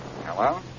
Hello